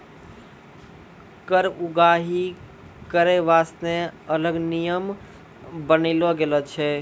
कर उगाही करै बासतें अलग नियम बनालो गेलौ छै